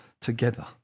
together